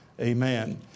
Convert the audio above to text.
Amen